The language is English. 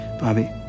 Bobby